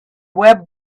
web